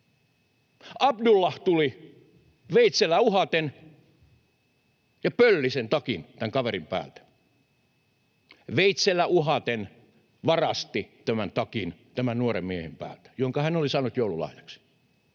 Abdullah tuli veitsellä uhaten ja pölli sen takin tämän kaverin päältä, veitsellä uhaten varasti tämän nuoren miehen päältä tämän takin, jonka hän oli saanut joululahjaksi.